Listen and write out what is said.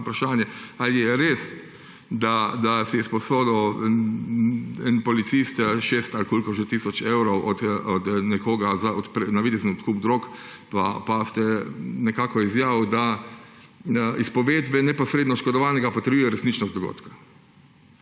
vprašanje, ali je res, da si je izposodil en policist 6 ali koliko že tisoč evrov od nekoga za navidezen odkup drog, pa ste izjavili, da izpovedbe neposredno oškodovanega potrjujejo resničnost dogodkov.